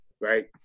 right